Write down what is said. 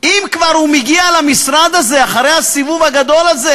אם כבר הוא מגיע למשרד הזה אחרי הסיבוב הגדול הזה,